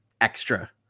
extra